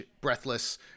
Breathless